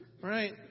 Right